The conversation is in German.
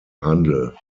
handel